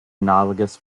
analogous